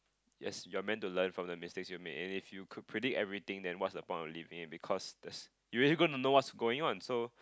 yes we're meant to learn from the mistakes you made and if you could predict everything then what's the point of living because that's you already gonna know what's going on so